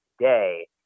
today